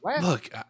look